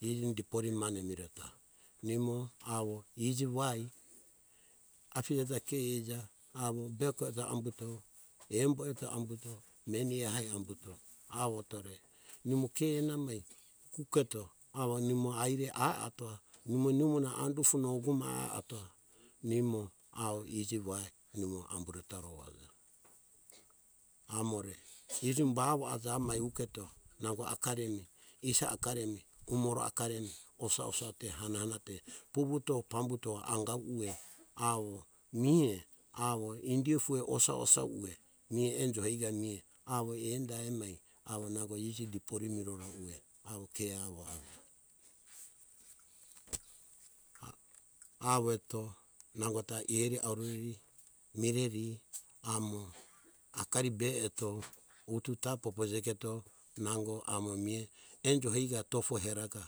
Iji dipori mane miretoa nimo awo iji wai afija ta ke hija ta ke hija awo beko eto ambuto. embo eto ambuto. meni ehai ambuto. Awo eto re nimo ke ena amai uketo awo nimo aire ah atoa, nimo nimonuha andoufo no gumai ai atoa nimo awo iji wai nimo amburetoa ro aja. Amore tujumba awo aja amai uketo nango akari emi, isa akaremi, umoro akariemi osa - osa te hanenate vuvuto pambuto awo miea awo indiea ufuea osa - osa, mea enjo hoika mea awo enda emai awo nango iji dipori mirora uehawo ke awo aja. Awo eto nangota e- eri aureri mireri amo akari be eto ututa popojeketo nango amo mea enjo hoika eto tofo hera ka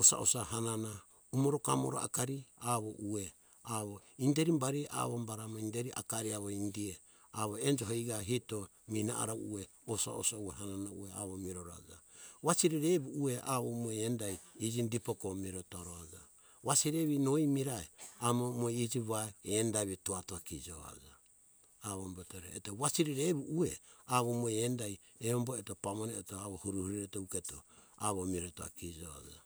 osa - osa hanana umoro kamoro akari awo ue awo inderi bari amo awo bara inderi akari awo indiea, awo enjo hoika hito - hito mine ara ueh osa - osa ueh hanena ueh mirora ara ue aja, wasiri re evo ueh indai iji dipori meretoa, wasiri evi noea mirai amo nimo iji wai evi toato kijo aja avombotorewasiri re evi ueh awo imo endai embo eto pamone eto hurieto uketo awo miretoa kijo aja.